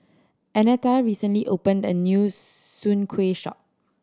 Annetta recently opened a new Soon Kuih shop